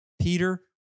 Peter